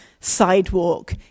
sidewalk